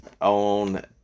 on